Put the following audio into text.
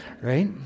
Right